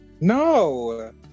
No